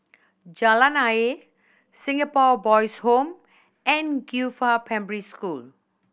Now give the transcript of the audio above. Jalan Ayer Singapore Boys' Home and Qifa Primary School